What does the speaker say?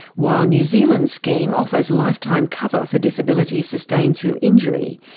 while new zealand's scheme offers lifetime cover for disability sustained through injury,